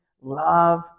love